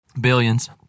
billions